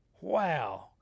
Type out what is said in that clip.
Wow